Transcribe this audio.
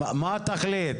מה היא התכלית?